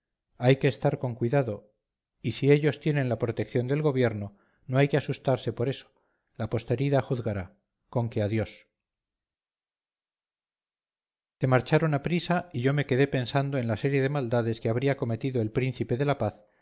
hay que estar con cuidado y si ellos tienen la protección del gobierno no hay que asustarse por eso la posteridad juzgará con que adiós se marcharon a prisa y yo me quedé pensando en la serie de maldades que habría cometido el príncipe de la paz